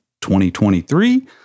2023